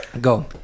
Go